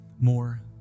more